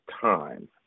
time